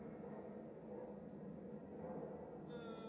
mm